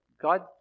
God